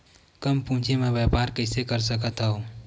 कम पूंजी म व्यापार कइसे कर सकत हव?